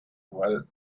while